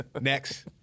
Next